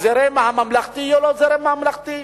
הזרם הממלכתי יהיה לו זרם ממלכתי,